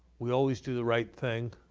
we always do the right thing,